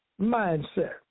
mindset